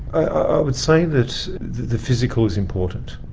i would say that the physical is important,